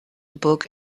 book